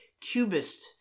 cubist